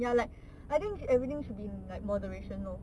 ya like I think everything should be in like moderation loh